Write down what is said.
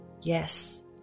Yes